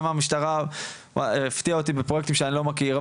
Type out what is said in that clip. המשטרה הפתיעה אותי בפרויקטים שאני לא מכיר,